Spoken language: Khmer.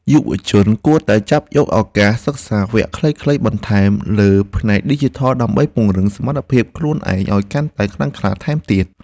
យុវជនគួរតែចាប់យកឱកាសសិក្សាវគ្គខ្លីៗបន្ថែមលើផ្នែកឌីជីថល ដើម្បីពង្រឹងសមត្ថភាពខ្លួនឯងឱ្យកាន់តែខ្លាំងក្លាថែមទៀត។